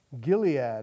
Gilead